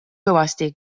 kõvasti